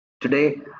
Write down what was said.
Today